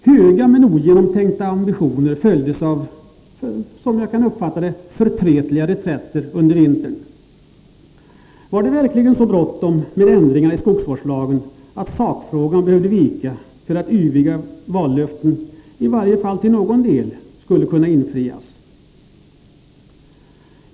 Höga men ogenomtänkta ambitioner följdes av, som jag kan uppfatta det, förtretliga reträtter under vintern. Var det verkligen så bråttom med ändringarna i skogsvårdslagen att sakfrågan behövde vika för att yviga vallöften i varje fall till någon del skulle kunna infrias?